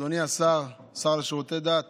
אדוני השר, השר לשירותי דת